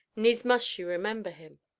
needs must she remember him